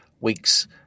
weeks